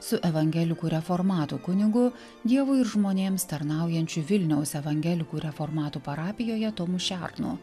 su evangelikų reformatų kunigu dievui ir žmonėms tarnaujančiu vilniaus evangelikų reformatų parapijoje tomu šernu